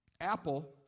Apple